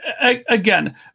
again